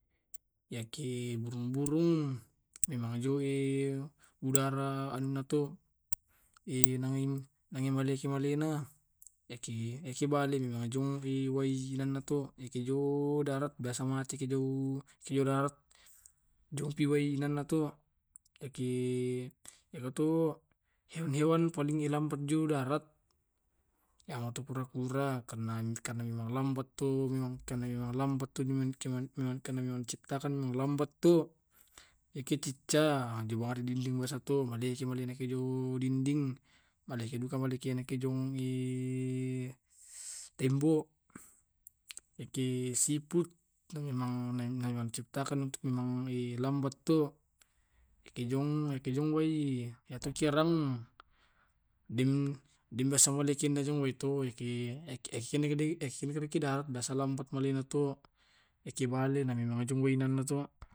Ya ki burung burung namanjoi udarah anuna to eh nangi-nangi maleki malena. Eki eki bale inajong i wai inanna to. Eki jo darat, biasa ki mate jo eh jo darat, jompi wai inana to. Eki eki to hewan hewan paling lambat jo darat iya meto kura kura, karena-karena memang lambat to karena memang memang lambat to karena memang menciptakan lambat to. Eki cicak, ajomari dinding biasa tu maleki balena jo ke dinding, maleke duka malena ke jong eh tembok. Iyake siput memang namenciptakan untuk memang e lambat toh, eki jong eki jong wai. Iyatu kierang, deng biasa molekina jong wai tu, ekina deki ekina deki darat biasa lambat malena to. Eki bale namenaijong wai inanna to.